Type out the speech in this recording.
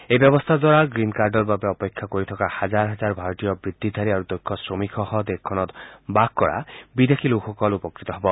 এই ব্যৱস্থাৰ দ্বাৰা গ্ৰীণ কাৰ্ডৰ বাবে অপেক্ষা কৰি থকা হাজাৰ হাজাৰ ভাৰতীয় বৃত্তিধাৰী আৰু দক্ষ শ্ৰমিকসহ দেশখনত বাস কৰা বিদেশী লোকসকল উপকৃত হব